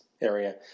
Area